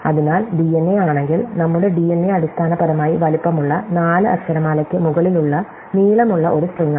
അതിനാൽ ഡിഎൻഎ ആണെങ്കിൽ നമ്മുടെ ഡിഎൻഎ അടിസ്ഥാനപരമായി വലിപ്പമുള്ള 4 അക്ഷരമാലയ്ക്ക് മുകളിലുള്ള നീളമുള്ള ഒരു സ്ട്രിംഗാണ്